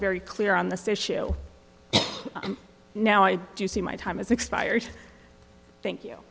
very clear on this issue now i do see my time has expired thank you